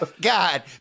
god